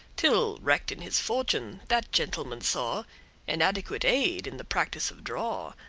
till, wrecked in his fortune, that gentleman saw inadequate aid in the practice of draw,